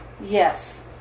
Yes